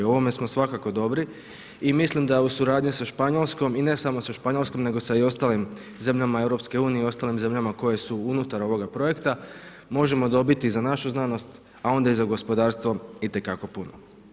U ovome smo svakako dobri i mislim da u suradnji sa Španjolskom i ne samo sa Španjolskom nego i sa ostalim zemljama EU-a, ostalim zemljama koje su unutar ovoga projekta, možemo dobiti za našu znanost, a onda i za gospodarstvo itekako puno.